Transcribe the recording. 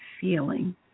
Feeling